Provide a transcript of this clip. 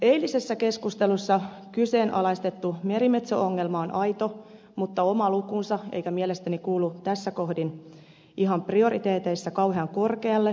eilisessä keskustelussa kyseenalaistettu merimetso ongelma on aito mutta oma lukunsa eikä mielestäni kuulu tässä kohdin ihan prioriteeteissa kauhean korkealle